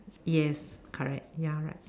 yes correct ya right